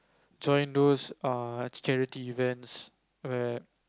join those err charity event where